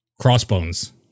Crossbones